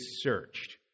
searched